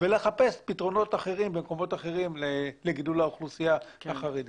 ולחפש פתרונות אחרים במקומות אחרים לגידול האוכלוסייה החרדית.